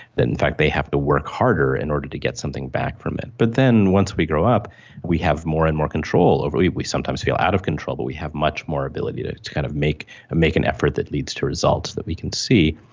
that in fact they have to work harder in order to get something back from it. but then once we grow up we have more and more control. we we sometimes feel out of control but we have much more ability to to kind of make make an effort that leads to results that we can see,